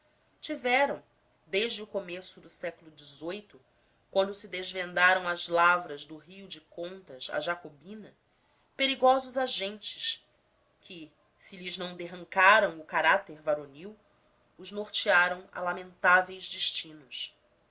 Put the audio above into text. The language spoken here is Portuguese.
tiveram desde o começo do século xviii quando se desvendaram as lavras do rio de contas à jacobina perigosos agentes que se lhes não derrancaram o caráter varonil os nortearam a lamentáveis destinos